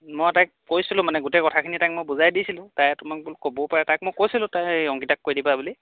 মই তাইক কৈছিলোঁ মানে গোটেই কথাখিনি তাইক মই বুজাই দিছিলোঁ তাই তোমাক বোলো ক'বও পাৰে তাইক মই কৈছিলোঁ তাইক অংকিতাক কৈ দিবা বুলি